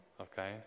Okay